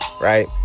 Right